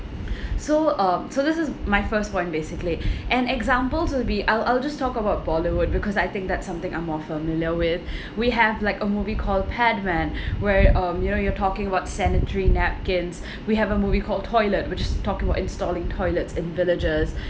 so um so this is my first one basically an examples will be I'll I'll just talk about bollywood because I think that's something I'm more familiar with we have like a movie called padman where um you know you're talking about sanitary napkins we have a movie called toilet which talk about installing toilets in villages